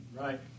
Right